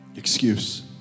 excuse